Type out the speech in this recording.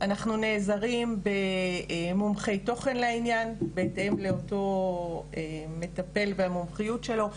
אנחנו נעזרים במומחי תוכן לעניין בהתאם לאותו מטפל והמומחיות שלו,